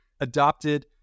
adopted